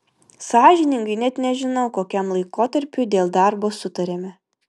sąžiningai net nežinau kokiam laikotarpiui dėl darbo sutarėme